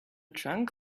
trunk